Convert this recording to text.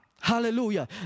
Hallelujah